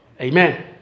Amen